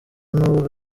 nubwo